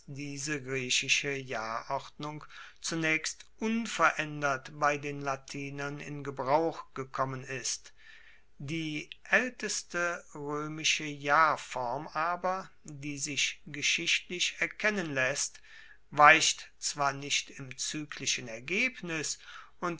diese griechische jahrordnung zunaechst unveraendert bei den latinern in gebrauch gekommen ist die aelteste roemische jahrform aber die sich geschichtlich erkennen laesst weicht zwar nicht im zyklischen ergebnis